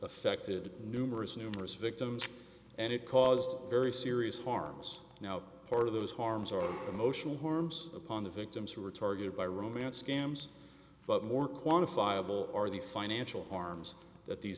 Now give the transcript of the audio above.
affected numerous numerous victims and it caused very serious harms now part of those harms are emotional harms upon the victims who are targeted by romance scams but more quantifiable are the financial harms that these